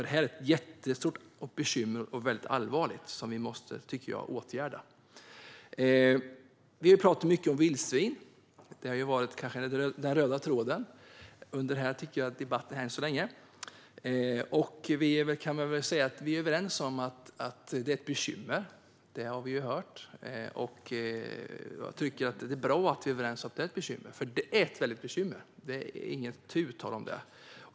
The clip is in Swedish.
Detta är ett jättestort och allvarligt bekymmer, som jag tycker att vi måste åtgärda. Vi har talat mycket om vildsvin. Det har varit något av den röda tråden i debatten än så länge. Vi är överens om att det är ett bekymmer; det har vi hört. Jag tycker att det är bra att vi är överens om att det är ett bekymmer. För det är ett stort bekymmer - inte tu tal om det.